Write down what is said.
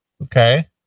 Okay